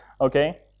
okay